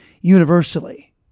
universally